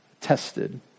tested